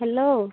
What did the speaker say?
hello